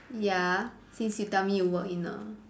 ya since you tell me you work in a